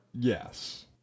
Yes